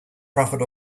profit